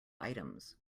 items